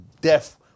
death